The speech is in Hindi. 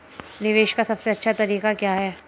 निवेश का सबसे अच्छा तरीका क्या है?